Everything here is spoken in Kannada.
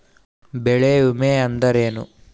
ಬೆಳೆ ವಿಮೆ ಅಂದರೇನು?